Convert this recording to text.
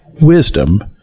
wisdom